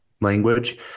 language